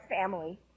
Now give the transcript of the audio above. Family